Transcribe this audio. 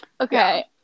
Okay